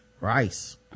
rice